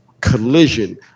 collision